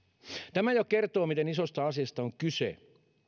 tämä jo kertoo miten isosta asiasta on kyse